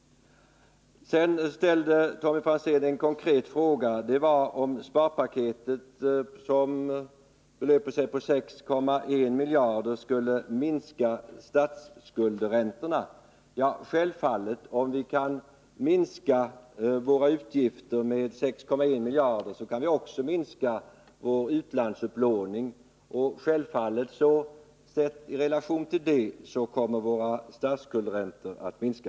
Sedan ställde Tommy Franzén en konkret fråga — om sparpaketet, som belöper sig på 6,1 miljarder, skulle minska statsskuldräntorna. Ja, självfallet. Om vi kan minska våra utgifter med 6,1 miljarder, så kan vi också minska vår utlandsupplåning. I relation därtill kommer våra statsskuldräntor att minska.